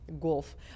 golf